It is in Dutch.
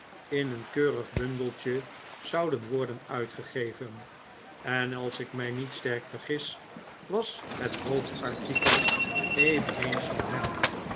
in een keurig bundeltje zouden worden uitgegeven en als ik mij niet sterk vergis was het hoofdartikel eveneens van hem